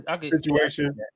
situation